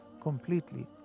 completely